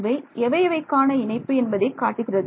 இவை எவை எவை க்கான இணைப்பு என்பதை காட்டுகிறது